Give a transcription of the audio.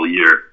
year